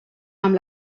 amb